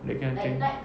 that kind of thing